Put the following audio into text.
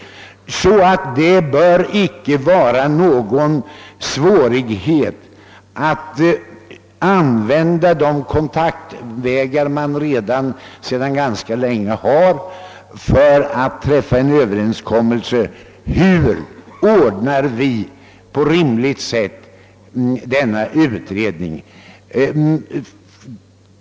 Det bör därför inte vara någon svårighet att använda de kontaktvägar som sedan ganska länge finns för att träffa en överenskommelse om hur denna utredning på rimligt sätt skall göras.